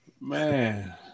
Man